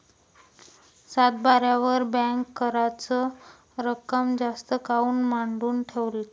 सातबाऱ्यावर बँक कराच रक्कम जास्त काऊन मांडून ठेवते?